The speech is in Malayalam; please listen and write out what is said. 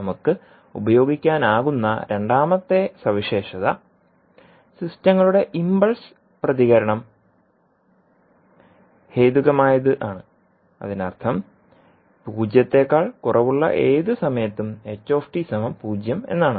നമുക്ക് ഉപയോഗിക്കാനാകുന്ന രണ്ടാമത്തെ സവിശേഷത സിസ്റ്റങ്ങളുടെ ഇംപൾസ് പ്രതികരണം ഹേതുകമായത് ആണ് അതിനർത്ഥം പൂജ്യത്തേക്കാൾ കുറവുള്ള ഏത് സമയത്തും എന്നാണ്